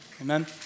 Amen